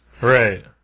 Right